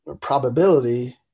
probability